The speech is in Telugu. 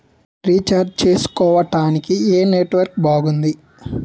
రీఛార్జ్ చేసుకోవటానికి ఏం నెట్వర్క్ బాగుంది?